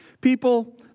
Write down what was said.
People